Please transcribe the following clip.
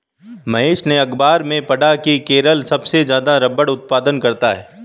महेश ने अखबार में पढ़ा की केरल सबसे ज्यादा रबड़ उत्पादन करता है